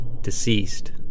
deceased